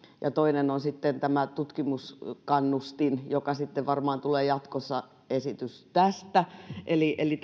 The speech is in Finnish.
ja toinen on sitten tämä tutkimuskannustin josta varmaan tulee jatkossa esitys eli eli